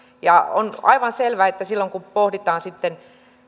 on aivan selvää että silloin kun pohditaan sitten